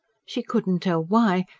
she couldn't tell why,